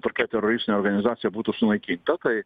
tokia teroristinė organizacija būtų sunaikinta tai